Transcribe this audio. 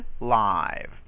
live